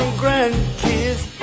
grandkids